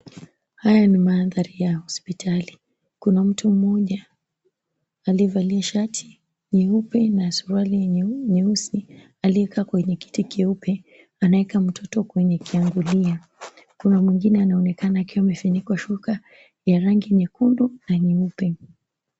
Haya ni mandhari ya hospitali. Kuna mtu mmoja aliyevalia shati nyeupe na suruali nyeusi, aliyekaa kwenye kiti keupe, anaye kaa mtoto kwenye kiangulia. Kuna mwengine anaonekana akiwa amefunikwa shuka ya rangi nyekundu na nyeupe.